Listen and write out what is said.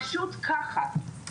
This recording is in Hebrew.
פשוט ככה.